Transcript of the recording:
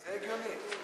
זה הגיוני.